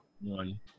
one